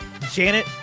janet